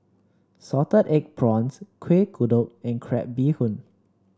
Salted Egg Prawns Kuih Kodok and Crab Bee Hoon